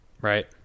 Right